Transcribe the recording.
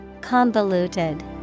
Convoluted